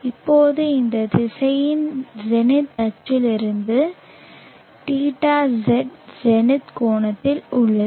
இப்போது அந்த திசையன் ஜெனித் அச்சில் இருந்து θz zenith கோணத்தில் உள்ளது